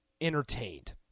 entertained